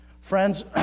Friends